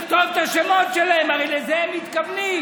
לכתוב את השמות שלהם, הרי לזה הם מתכוונים.